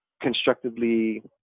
constructively